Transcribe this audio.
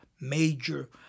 major